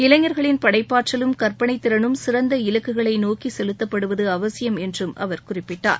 இளைஞர்களின் படைப்பாற்றலும் கற்பனை திறனும் சிறந்த இலக்குகளை நோக்கி செலுத்தப்படுவது அவசியம் என்றும் அவர் குறிப்பிட்டார்